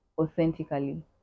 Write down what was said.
authentically